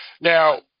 Now